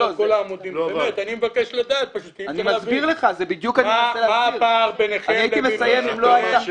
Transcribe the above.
אני פשוט מבקש לדעת --- זה בדיוק מה שאני מנסה להסביר לך.